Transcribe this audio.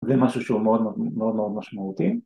‫זה משהו שהוא מאוד מאוד משמעותי.